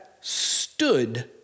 stood